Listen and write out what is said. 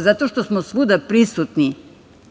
Zato što smo svuda prisutni